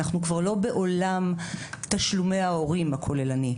אנחנו כבר לא בעולם תשלומי ההורים הכוללני.